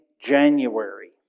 January